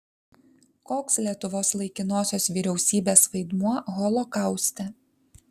koks lietuvos laikinosios vyriausybės vaidmuo holokauste